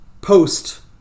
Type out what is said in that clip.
post